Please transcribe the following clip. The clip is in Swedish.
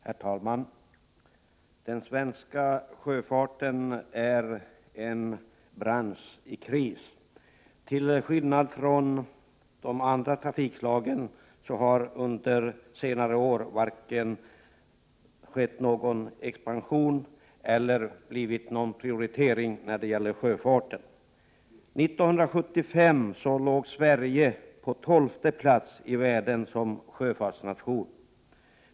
Herr talman! Den svenska sjöfarten är en bransch i kris. Till skillnad från 17 december 1987 de andra trafikslagen har den under senare år varken expanderat eller blivit. = Qoameooar oa År 1975 låg Sverige på 12:e plats i världen som sjöfartsnation.